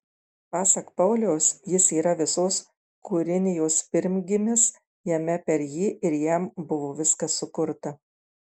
pasak pauliaus jis yra visos kūrinijos pirmgimis jame per jį ir jam buvo viskas sukurta